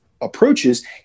approaches